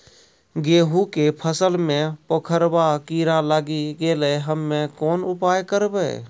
गेहूँ के फसल मे पंखोरवा कीड़ा लागी गैलै हम्मे कोन उपाय करबै?